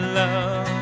love